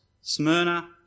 Smyrna